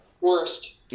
Worst